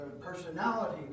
personality